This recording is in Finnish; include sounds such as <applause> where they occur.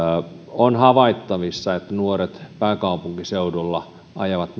on havaittavissa että nuoret pääkaupunkiseudulla ajavat <unintelligible>